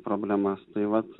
problemas tai vat